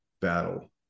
battle